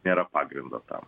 nėra pagrindo tam